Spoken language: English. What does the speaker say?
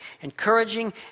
encouraging